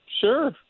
Sure